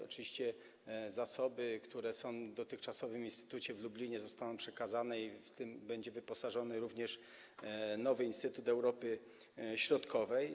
Oczywiście zasoby, które są w dotychczasowym instytucie w Lublinie, zostaną przekazane, będzie w nie wyposażony nowy Instytut Europy Środkowej.